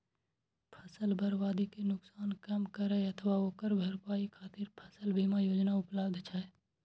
फसल बर्बादी के नुकसान कम करै अथवा ओकर भरपाई खातिर फसल बीमा योजना उपलब्ध छै